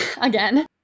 again